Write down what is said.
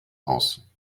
aus